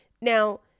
Now